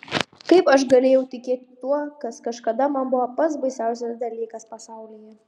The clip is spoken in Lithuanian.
kaip aš galėjau tikėti tuo kas kažkada man buvo pats baisiausias dalykas pasaulyje